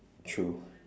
true